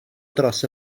dros